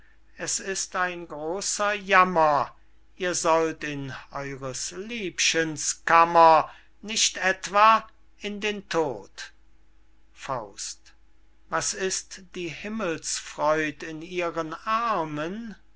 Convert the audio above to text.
es ist ein großer jammer ihr sollt in eures liebchens kammer nicht etwa in den tod was ist die himmelsfreud in ihren armen